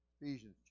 Ephesians